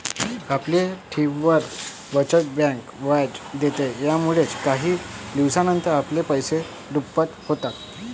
आपल्या ठेवींवर, बचत बँक व्याज देते, यामुळेच काही दिवसानंतर आपले पैसे दुप्पट होतात